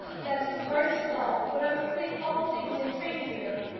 that is the hardest of all when i was putting all things in train for you!